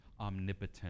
omnipotent